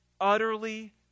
utterly